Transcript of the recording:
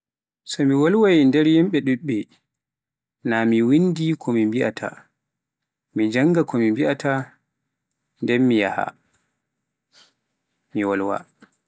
So mi wolwaai e nder yimɓe ɗuɓɓe na mi winndai ko me mbiaata, mi jannga ko mi ɓiaata, nden mi yaah mo wolwaa.